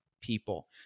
people